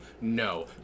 no